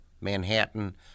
Manhattan